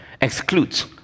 excludes